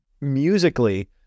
musically